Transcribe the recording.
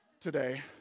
today